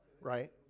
right